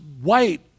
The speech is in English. white